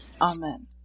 Amen